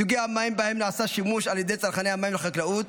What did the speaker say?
סוגי המים שבהם נעשה שימוש על ידי צרכני המים לחקלאות